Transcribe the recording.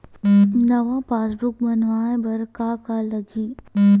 नवा पासबुक बनवाय बर का का लगही?